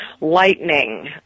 lightning